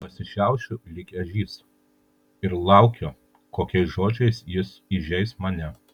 pasišiaušiu lyg ežys ir laukiu kokiais žodžiais jis įžeis mane